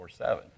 24-7